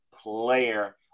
player